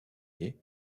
ier